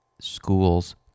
schools